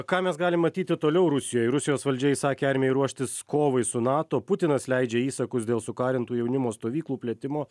ką mes galim matyti toliau rusijoj rusijos valdžia įsakė armijai ruoštis kovai su nato putinas leidžia įsakus dėl sukarintų jaunimo stovyklų plėtimo